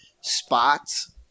spots